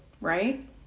right